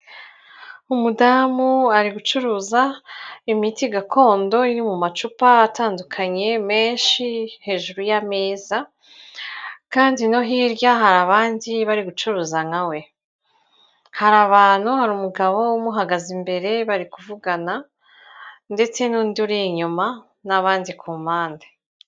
Umudamu ari gucuruza imiti gakondo iri mu macupa atandukanye menshi hejuru y'ameza kandi no hirya hari abandi bari gucuruza nka we. Hari abantu, hari umugabo umuhagaze imbere bari kuvugana ndetse n'undi uri inyuma n'abandi ku mpande.